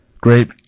great